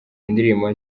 indirimbo